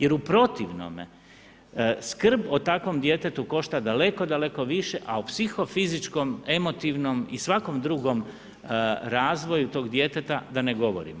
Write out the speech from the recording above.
Jer u protivnome skrb o takvom djetetu košta daleko, daleko više, a o psihofizičkom, emotivnom i svakom drugom razvoju tog djeteta da ne govorimo.